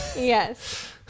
yes